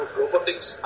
robotics